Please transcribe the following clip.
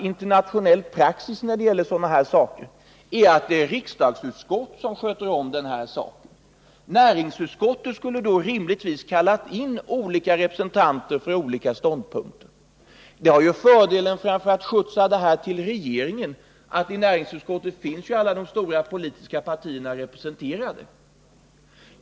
Internationell praxis är att ett riksdagsutskott sköter sådana här saker. Näringsutskottet skulle rimligtvis ha kallat in representanter för olika ståndpunkter. En fördel med det jämfört med att skjutsa den här frågan till regeringen är att alla stora politiska partier är representerade i näringsutskottet.